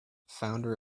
founder